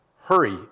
hurry